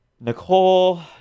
Nicole